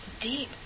deep